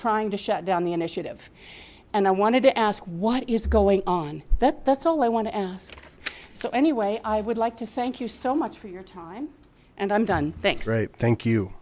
trying to shut down the initiative and i wanted to ask what is going on that that's all i want to ask so anyway i would like to thank you so much for your time and i'm done thanks thank you